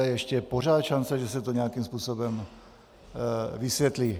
Ještě je pořád šance, že se to nějakým způsobem vysvětlí.